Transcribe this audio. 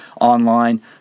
online